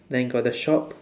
then got the shop